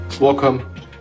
Welcome